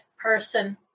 person